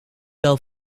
wel